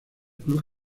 club